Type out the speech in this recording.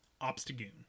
Obstagoon